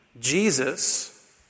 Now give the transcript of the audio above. Jesus